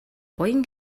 буян